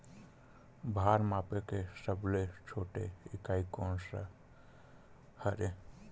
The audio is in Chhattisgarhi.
भार मापे के सबले छोटे इकाई कोन सा हरे?